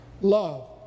love